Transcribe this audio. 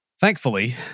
Thankfully